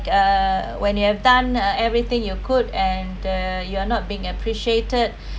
uh when you have done uh everything you could and the you are not being appreciated